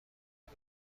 قتل